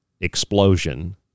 explosion